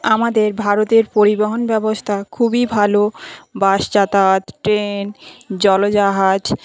আমাদের ভারতের পরিবহন ব্যবস্থা খুবই ভালো বাস যাতায়াত ট্রেন জলজাহাজ